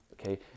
okay